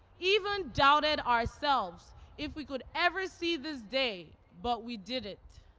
even doubted ourselves if we could ever see this day, but we did it.